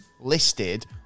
listed